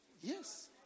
Yes